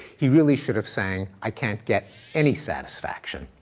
he really should have sung, i can't get any satisfaction.